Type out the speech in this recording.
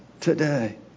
today